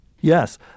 Yes